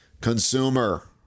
consumer